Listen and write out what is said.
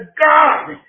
God